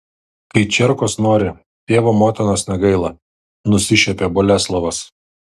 kai čierkos nori tėvo motinos negaila nusišiepė boleslovas